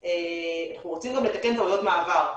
אנחנו רוצים גם לתקן טעויות מהעבר.